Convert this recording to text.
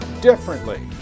differently